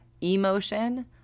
emotion